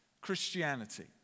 Christianity